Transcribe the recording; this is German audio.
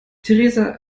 theresa